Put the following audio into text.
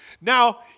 now